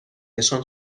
نشان